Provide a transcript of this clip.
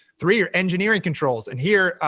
three are engineering controls, and here,